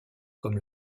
comme